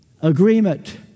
agreement